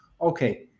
okay